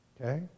Okay